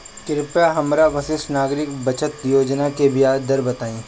कृपया हमरा वरिष्ठ नागरिक बचत योजना के ब्याज दर बताइं